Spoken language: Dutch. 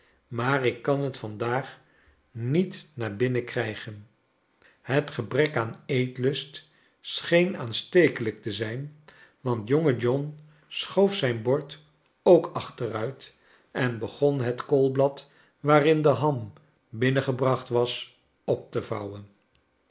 maar ik kan het vandaag niet naar binnen krijgen het gebrek aan eetlust scheen aanstekelijk te zijn want jonge john schoof zijn bord ook achteruit en begon het koolblad waarin de ham binnengebracht was op te vouwen